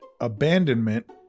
abandonment